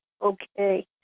okay